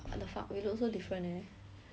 I want her body size